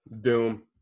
Doom